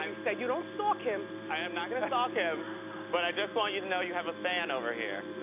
um said you don't stalk him. i am not gonna stalk him but i just want you to know you have a fan over here.